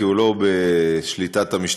כי הוא לא בשליטת המשטרה.